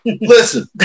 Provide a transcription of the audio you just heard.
Listen